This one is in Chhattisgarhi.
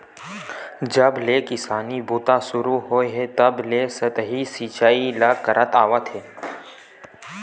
जब ले किसानी बूता सुरू होए हे तब ले सतही सिचई ल करत आवत हे